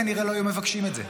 כנראה שהם לא היו מבקשים את זה.